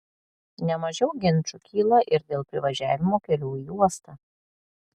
ne mažiau ginčų kyla ir dėl privažiavimo kelių į uostą